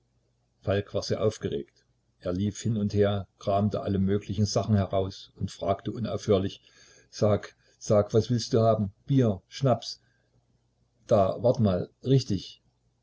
falk war sehr aufgeregt er lief hin und her kramte alle möglichen sachen heraus und fragte unaufhörlich sag sag was willst du haben bier schnaps da wart mal richtig